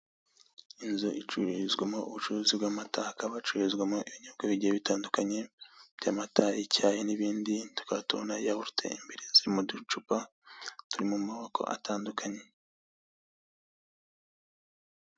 Inzu icururizwamo ubucuruzi bw'amata hakaba hacururizwamo ibinyobwa bgiye bitandukanye by'amata, icyayi n'ibindi, tukaba tubona yahurute imbere ziri mu ducupa tw'amoko atandukanye.